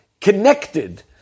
connected